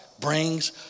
brings